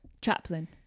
chaplain